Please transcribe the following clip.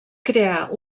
crear